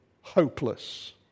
hopeless